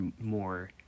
more